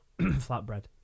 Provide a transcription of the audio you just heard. flatbread